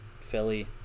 Philly